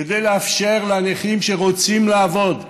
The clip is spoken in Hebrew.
כדי לאפשר לנכים שרוצים לעבוד,